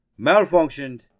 malfunctioned